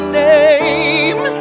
name